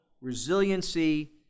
resiliency